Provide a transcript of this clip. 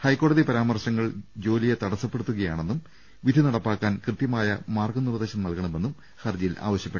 ഹൈക്കോടതി പരാമർശങ്ങൾ ജോലിയെ തടസ്സപ്പെടുത്തുകയാണെന്നും വിധി നടപ്പാക്കാൻ കൃത്യമായ മാർഗ്ഗനിർദ്ദേശം നൽകണമെന്നും ഹരജി യിൽ ആവശ്യപ്പെടും